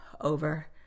over